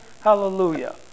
hallelujah